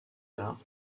tard